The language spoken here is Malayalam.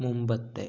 മുമ്പത്തെ